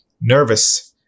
nervous